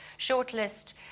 shortlist